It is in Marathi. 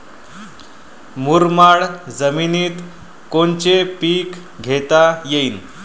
मुरमाड जमिनीत कोनचे पीकं घेता येईन?